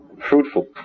fruitful